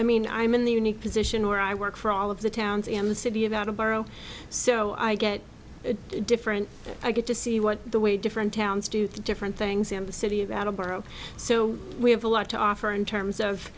i mean i'm in the unique position where i work for all of the towns in the city about to borrow so i get different i get to see what the way different towns do different things in the city of out of growth so we have a lot to offer in terms of